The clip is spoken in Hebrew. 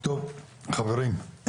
חברים,